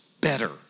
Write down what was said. better